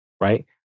right